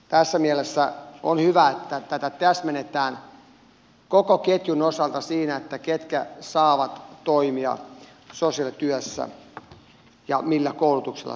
tässä mielessä on hyvä että tätä täsmennetään koko ketjun osalta siinä ketkä saavat toimia sosiaalityössä ja millä koulutuksella